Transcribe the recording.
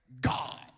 god